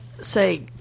say